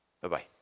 Bye-bye